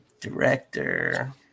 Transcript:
Director